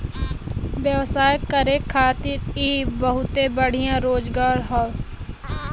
व्यवसाय करे खातिर इ बहुते बढ़िया रोजगार हौ